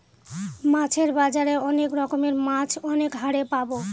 মাছের বাজারে অনেক রকমের মাছ অনেক হারে পাবো